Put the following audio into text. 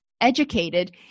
educated